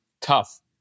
Tough